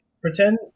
Pretend